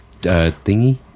thingy